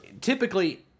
Typically